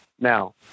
Now